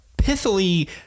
Pithily